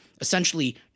essentially